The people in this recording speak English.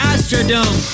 Astrodome